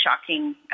shocking